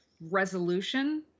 resolution